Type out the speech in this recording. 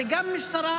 זה גם המשטרה,